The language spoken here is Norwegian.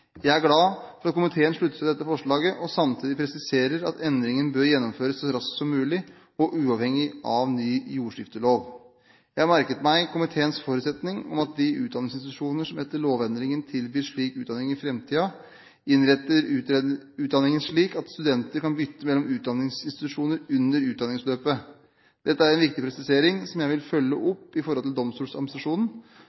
Jeg er glad for at komiteen slutter seg til dette forslaget og samtidig presiserer at endringen bør gjennomføres så raskt som mulig og uavhengig av ny jordskiftelov. Jeg har merket meg komiteens forutsetning om at de utdanningsinstitusjoner som etter lovendringen tilbyr slik utdanning i framtiden, innretter utdanningen slik at studenter kan bytte mellom utdanningsinstitusjoner under utdanningsløpet. Dette er en viktig presisering som jeg vil følge